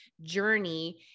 journey